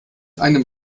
einem